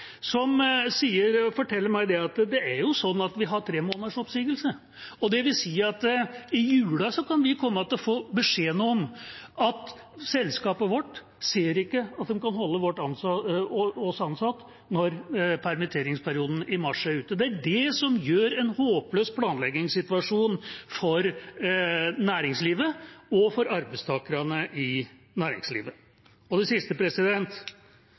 som forteller meg at de har tre måneders oppsigelse, dvs. at de i jula kan komme til å få beskjeden om at selskapet deres ikke ser at de kan beholde dem som ansatte når permitteringsperioden i mars er ute. Det er det som gir en håpløs planleggingssituasjon for næringslivet og for arbeidstakerne i næringslivet. Det siste